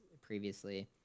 previously